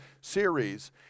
series